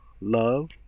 love